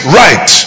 right